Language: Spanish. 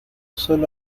solo